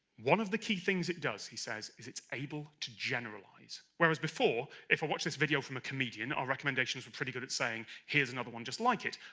one of the key things it does he says, it's able to generalize, whereas before if watch this video from a comedian, our recommendations were pretty good at saying, here's another one just like it.